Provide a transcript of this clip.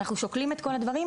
אנחנו שוקלים את כל הדברים.